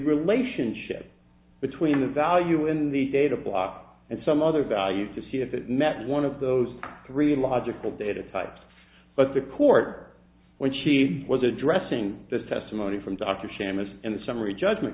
relationship between the value in the data block and some other value to see if it met one of those three logical data types but the court when she was addressing the testimony from dr shamas in the summary judgment